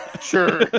Sure